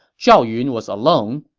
zhao yun was alone,